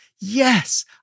Yes